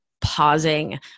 pausing